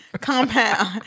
compound